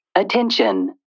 attention